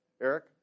Eric